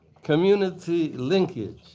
community linkage,